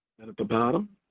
and at the bottom,